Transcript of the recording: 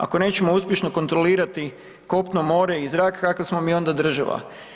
Ako nećemo uspješno kontrolirati kopno, more i zrak, kakva smo mi onda država?